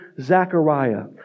Zechariah